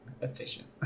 ...efficient